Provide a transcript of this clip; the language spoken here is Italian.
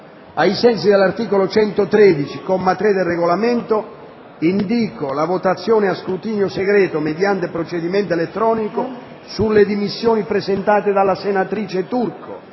Ai sensi dell'articolo 113, comma 3, del Regolamento, indíco la votazione a scrutinio segreto, mediante procedimento elettronico, sulle dimissioni presentate dalla senatrice Turco.